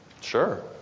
Sure